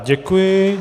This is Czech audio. Děkuji.